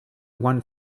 one